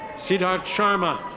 sidat sharma.